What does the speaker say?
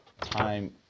time